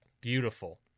Beautiful